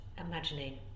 imagining